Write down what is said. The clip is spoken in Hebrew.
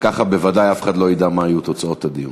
וככה בוודאי אף אחד לא ידע מה יהיו תוצאות הדיון.